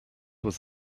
was